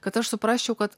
kad aš suprasčiau kad